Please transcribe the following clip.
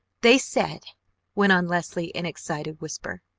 they said went on leslie in excited whisper.